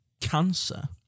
cancer